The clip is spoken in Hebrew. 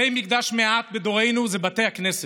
בתי מקדש מעט בדורנו זה בתי הכנסת.